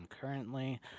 currently